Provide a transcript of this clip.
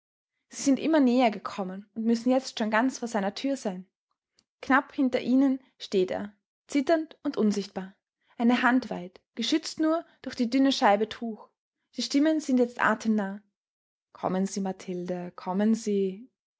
sie sind immer näher gekommen und müssen jetzt schon ganz vor seiner tür sein knapp hinter ihnen steht er zitternd und unsichtbar eine hand weit geschützt nur durch die dünne scheibe tuch die stimmen sind jetzt atemnah kommen sie mathilde kommen sie